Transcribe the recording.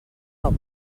poc